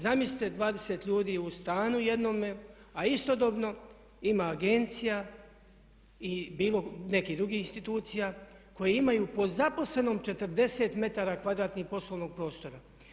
Zamislite 20 ljudi u stanu jednome, a istodobno ima agencija i nekih drugih institucija koje imaju po zaposlenom 40 metara kvadratnih poslovnog prostora.